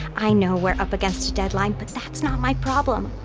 i know we're up against a deadline, but that's not my problem.